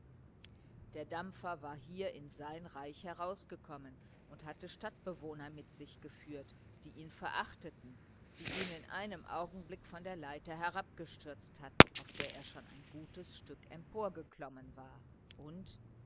der dampfer war hier in sein reich herausgekommen und hatte stadtbewohner mit sich geführt die ihn verachteten die ihn in einem augenblick von der leiter herabgestürzt hatten auf der er schon ein gutes stück emporgeklommen war und